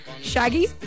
Shaggy